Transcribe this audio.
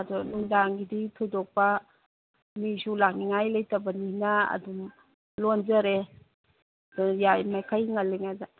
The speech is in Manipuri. ꯑꯗꯣ ꯅꯨꯡꯗꯥꯡꯒꯤꯗꯤ ꯊꯣꯏꯗꯣꯛꯄ ꯃꯤꯁꯨ ꯂꯥꯛꯅꯤꯡꯉꯥꯏ ꯂꯩꯇꯕꯅꯤꯅ ꯑꯗꯨꯝ ꯂꯣꯟꯖꯔꯦ ꯑꯗꯨ ꯌꯥꯔꯤ ꯃꯈꯩ ꯉꯜꯂꯤꯉꯩꯗ